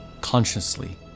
Consciously